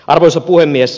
arvoisa puhemies